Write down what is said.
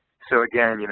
so, again, you know